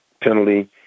penalty –